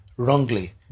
wrongly